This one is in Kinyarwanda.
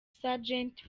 sergeant